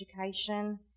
education